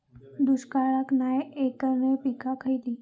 दुष्काळाक नाय ऐकणार्यो पीका खयली?